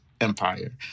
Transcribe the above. empire